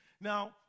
Now